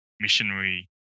Missionary